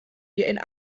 wir